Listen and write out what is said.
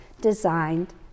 designed